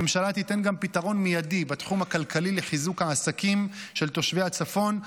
הממשלה תיתן גם פתרון מיידי בתחום הכלכלי לחיזוק העסקים של תושבי הצפון,